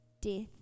death